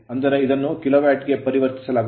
ಅಂದರೆ ಇದನ್ನು kilowatt ಆಗಿ ಪರಿವರ್ತಿಸಲಾಗುತ್ತದೆ